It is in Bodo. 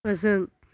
फोजों